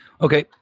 Okay